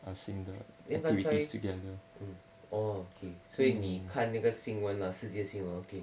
eh 刚才 oh okay 所以你看那个新闻啦世界新闻